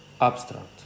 Abstract